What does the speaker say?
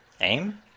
AIM